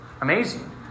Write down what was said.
amazing